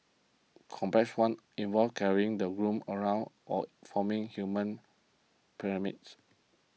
complex one involve carrying the room around or forming human pyramids